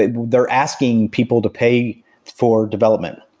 ah they're asking people to pay for development,